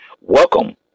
welcome